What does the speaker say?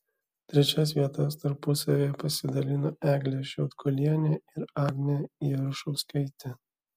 trečias vietas tarpusavyje pasidalino eglė šiaudkulienė ir agnė jarušauskaitė